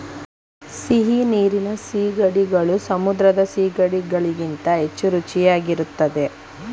ಸಿಹಿನೀರಿನ ಸೀಗಡಿಗಳು ಸಮುದ್ರದ ಸಿಗಡಿ ಗಳಿಗಿಂತ ಹೆಚ್ಚು ರುಚಿಯಾಗಿರುತ್ತದೆ